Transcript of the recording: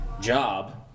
job